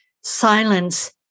silence